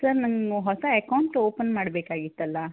sir ನನಗೆ ಹೊಸ account open ಮಾಡಬೇಕಾಗಿತ್ತಲ್ಲ